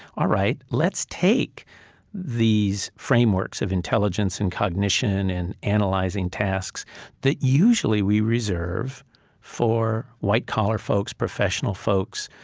alright let's take these frameworks of intelligence, and cognition, and analyzing tasks that usually we reserve for white-collar folks, professional folks,